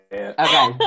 Okay